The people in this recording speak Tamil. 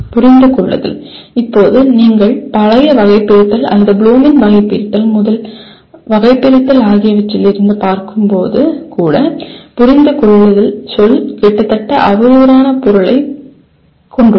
புரிந்து கொள்ளுதல் இப்போது நீங்கள் பழைய வகைபிரித்தல் அல்லது ப்ளூமின் வகைபிரித்தல் முதல் வகைபிரித்தல் ஆகியவற்றிலிருந்து பார்க்கும்போது கூட புரிந்து கொள்ளுதல் சொல் கிட்டத்தட்ட அவதூறான பொருளைக் கொண்டுள்ளது